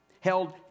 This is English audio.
Held